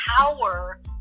power